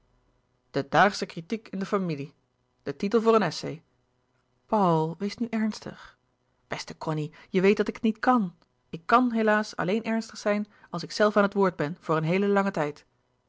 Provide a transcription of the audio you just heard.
de daagsche kritiek in de familie de titel voor een essai paul wees nu ernstig beste cony je weet dat ik het niet kan ik kan helaas alleen ernstig zijn als ikzelf aan het woord ben voor een heelen langen tijd